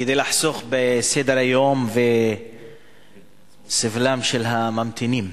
כדי לחסוך בסדר-היום ובסבלם של הממתינים,